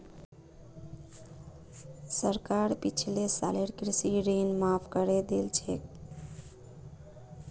सरकार पिछले सालेर कृषि ऋण माफ़ करे दिल छेक